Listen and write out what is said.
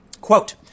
Quote